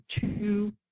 two